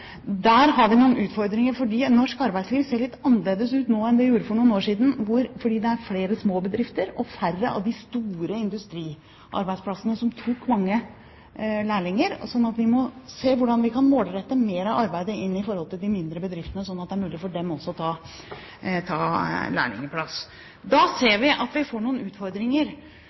Der har vi noen utfordringer, fordi norsk arbeidsliv ser litt annerledes ut nå enn det gjorde for noen år siden; det er flere små bedrifter og færre av de store industriarbeidsplassene som tok mange lærlinger. Så vi må se på hvordan vi kan målrette mer av arbeidet inn mot de mindre bedriftene, slik at det er mulig for dem også å ta lærlinger. Da ser vi at vi får noen utfordringer